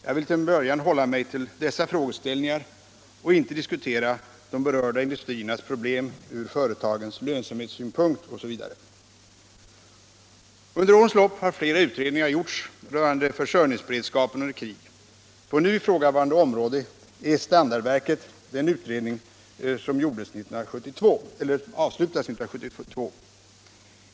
Jag vill till en början hålla mig till dessa frågeställningar och inte diskutera de berörda industriernas problem från företagens lönsamhetssynpunkt osv. Under årens lopp har flera utredningar gjorts rörande försörjningsberedskapen under krig. På nu ifrågavarande område är standardverket den utredning som avslutades 1972.